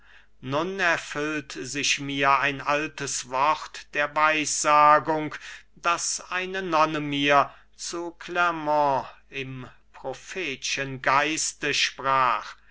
nun erfüllt sich mir ein altes wort der weissagung das eine nonne mir zu clermont im prophetschen geiste sprach